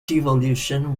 devolution